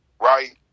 Right